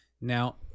Now